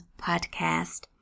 podcast